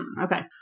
Okay